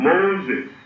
Moses